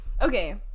Okay